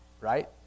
right